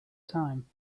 time